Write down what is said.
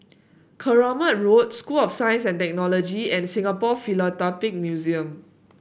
Keramat Road School of Science and Technology and Singapore Philatelic Museum